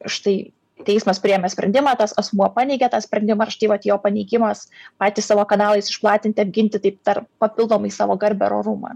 štai teismas priėmė sprendimą tas asmuo paneigė tą sprendimą štai vat jo paneigimas patys savo kanalais išplatinti apginti taip dar papildomai savo garbęar orumą